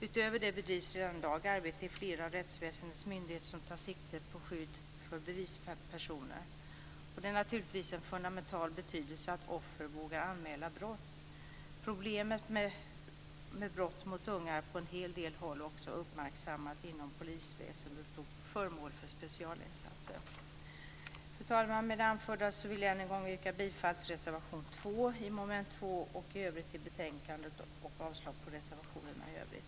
Utöver detta bedrivs ett grannlaga arbete i flera av rättsväsendets myndigheter som tar sikte på skydd för bevispersoner. Det är naturligtvis av fundamental betydelse att offer vågar anmäla brott. Problemet med brott mot unga har också på en hel del håll uppmärksammats inom polisväsendet och är föremål för specialinsatser. Fru talman! Med det anförda vill jag än en gång yrka bifall till reservation 2 under mom. 2 och i övrigt till hemställan i betänkandet och avslag på reservationerna i övrigt.